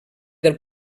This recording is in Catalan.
del